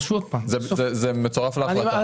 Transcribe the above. מצורף להחלטה.